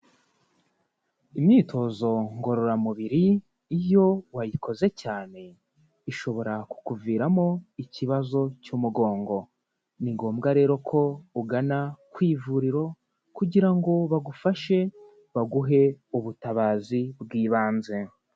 Imyitozo ngororamubiri iyo wayikoze cyane ishobora kukuviramo ikibazo cy'umugongo. Ni ngombwa rero ko ugana ku ivuriro, kugira ngo bagufashe baguhe ubutabazi bw'ibanze.